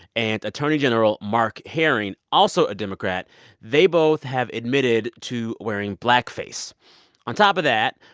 and attorney general mark herring, also a democrat they both have admitted to wearing blackface on top of that,